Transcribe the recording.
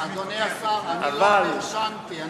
אדוני השר, אני לא פרשנתי.